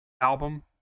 album